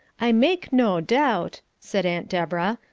i make no doubt, said aunt deborah,